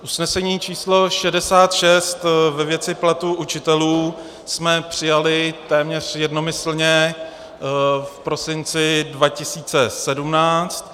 Usnesení č. 66 ve věci platů učitelů jsme přijali téměř jednomyslně v prosinci 2017.